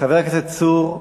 חבר הכנסת צור,